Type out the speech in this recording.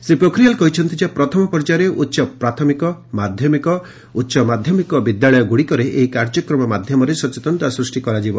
ଶ୍ରୀ ପୋଖରିଆଲ୍ କହିଛନ୍ତି ଯେ ପ୍ରଥମ ପର୍ଯ୍ୟାୟରେ ଉଚ୍ଚପ୍ରାଥମିକ ମାଧ୍ୟମିକ ଉଚ୍ଚମାଧ୍ୟମିକ ବିଦ୍ୟାଳୟଗୁଡ଼ିକରେ ଏହି କାର୍ଯ୍ୟକ୍ରମ ମାଧ୍ୟମରେ ସଚେତନତା ସ୍ମଷ୍ଟି କରାଯିବ